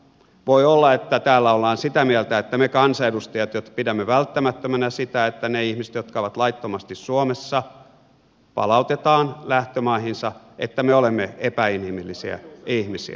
voi olla että täällä ollaan sitä mieltä että me kansanedustajat jotka pidämme välttämättömänä sitä että ne ihmiset jotka ovat laittomasti suomessa palautetaan lähtömaihinsa olemme epäinhimillisiä ihmisiä